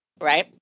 right